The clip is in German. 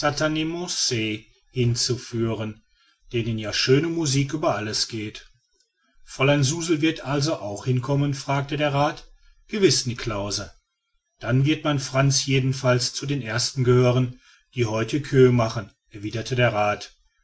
hinzuführen denen ja schöne musik über alles geht fräulein suzel wird also auch hinkommen fragte der rath gewiß niklausse dann wird mein frantz jedenfalls zu den ersten gehören die heute queue machen erwiderte der rath